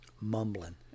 Mumbling